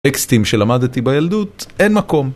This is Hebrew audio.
טקסטים שלמדתי בילדות, אין מקום